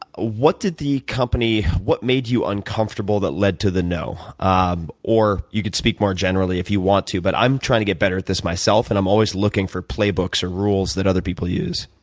what did the company what made you uncomfortable that led to the no? um or you could speak more generally if you want to. but i'm trying to get better at this myself, and i'm always looking for playbooks or rules that other people use.